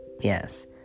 Yes